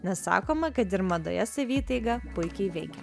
nes sakoma kad ir madoje saviįtaiga puikiai veikia